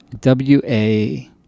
W-A